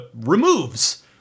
removes